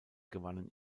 gewannen